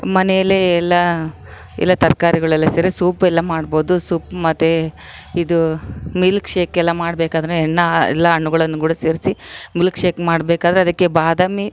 ಮನೇಲೆ ಎಲ್ಲ ಎಲ್ಲ ತರ್ಕಾರಿಗಳು ಎಲ್ಲ ಸೇರಿ ಸೂಪ್ ಎಲ್ಲ ಮಾಡ್ಬೌದು ಸೂಪ್ ಮತ್ತು ಇದು ಮಿಲ್ಕ್ ಶೇಕ್ ಎಲ್ಲ ಮಾಡಬೇಕಾದ್ರೆ ನಾ ಎಲ್ಲ ಹಣ್ಣುಗಳನ್ನು ಕೂಡ ಸೇರಿಸಿ ಮಿಲ್ಕ್ ಶೇಕ್ ಮಾಡಬೇಕಾದ್ರೆ ಅದಕ್ಕೆ ಬಾದಾಮಿ